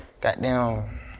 goddamn